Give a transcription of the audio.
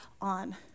on